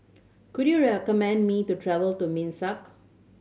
could you recommend me to travel to Minsk